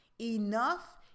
enough